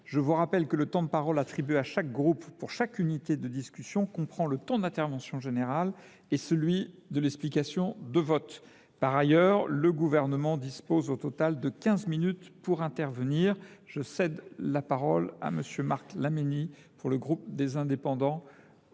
je vous rappelle que le temps de parole attribué à chaque groupe pour chaque unité de discussion comprend le temps d’intervention générale et celui de l’explication de vote. Par ailleurs, le Gouvernement dispose au total de quinze minutes pour intervenir. La parole est à M. Marc Laménie. Monsieur le président,